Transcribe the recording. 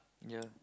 yeah